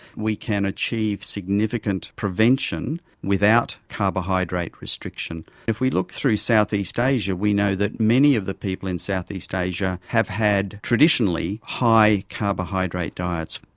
we can achieve significant prevention without carbohydrate restriction. if we look through southeast asia we know that many of the people in southeast asia have had traditionally high carbohydrate diets,